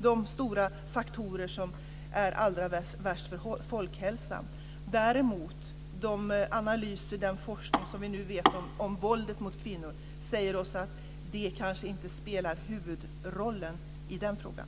de faktorer som är allra värst för folkhälsan. Däremot säger oss de analyser och den forskning som vi nu har om våldet mot kvinnor att de kanske inte spelar huvudrollen i den frågan.